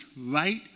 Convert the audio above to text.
right